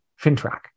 FinTrack